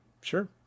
Sure